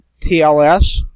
TLS